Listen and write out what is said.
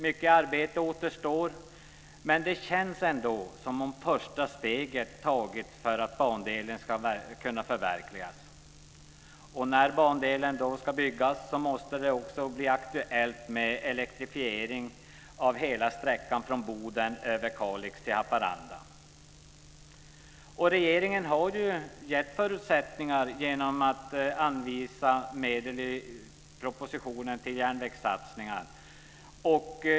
Mycket arbete återstår alltså, men det känns ändå som om första steget tagits för att bandelen ska kunna förverkligas. När bandelen ska byggas måste det också bli aktuellt med elektrifiering av hela sträckan från Boden över Kalix till Haparanda. Regeringen har angivit förutsättningar genom att i propositionen anvisa medel för järnvägssatsningar.